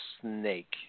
snake